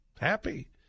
happy